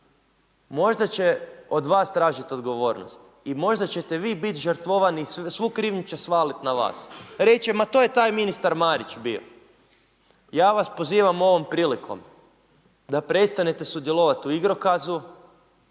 Možda će od vas tražiti odgovornost. I možda ćete vi biti žrtvovani, svu krivnju će svaliti na vas. Reći će, ma to je taj ministar Marić bio. Ja vas pozivam ovom prilikom da prestanete sudjelovati u igrokazu,